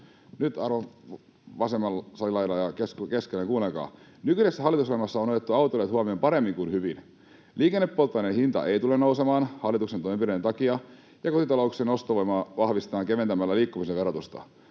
Nyt, arvon salin vasen laita ja keskellä, kuunnelkaa: Nykyisessä hallitusohjelmassa on otettu autoilijat huomioon paremmin kuin hyvin. Liikennepolttoaineen hinta ei tule nousemaan hallituksen toimenpiteiden takia, ja kotitalouksien ostovoimaa vahvistetaan keventämällä liikkumisen verotusta.